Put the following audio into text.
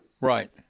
Right